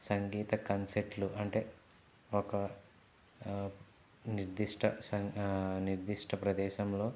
సంగీత కన్సెట్లు అంటే ఒక నిర్దిష్ట స నిర్దిష్ట ప్రదేశంలో